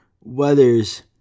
weathers